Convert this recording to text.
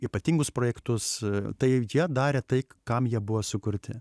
ypatingus projektus tai jie darė tai kam jie buvo sukurti